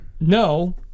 No